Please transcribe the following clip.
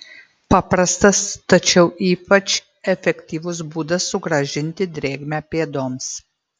paprastas tačiau ypač efektyvus būdas sugrąžinti drėgmę pėdoms